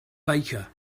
baker